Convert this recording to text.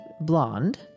blonde